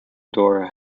door